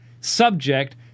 subject